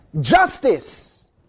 justice